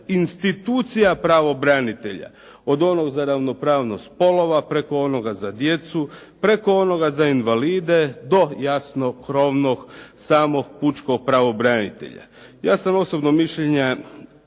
institucija pravobranitelja, od onog za ravnopravnost spolova, preko onoga za djecu, preko onoga za invalide do jasno krovnog samog pučkog pravobranitelja. Ja sam osobno mišljenja